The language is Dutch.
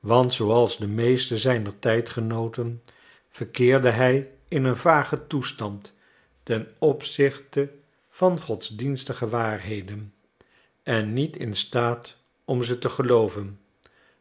want zooals de meesten zijner tijdgenooten verkeerde hij in een vagen toestand ten opzichte van godsdienstige waarheden en niet in staat om ze te gelooven